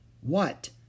What